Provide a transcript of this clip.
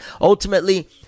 Ultimately